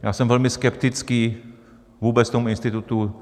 Já jsem velmi skeptický vůbec k tomu institutu.